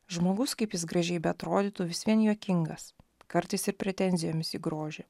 žmogus kaip jis gražiai beatrodytų vis vien juokingas kartais ir pretenzijomis į grožį